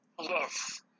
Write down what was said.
Yes